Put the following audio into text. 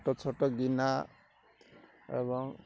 ଛୋଟ ଛୋଟ ଗିନା ଏବଂ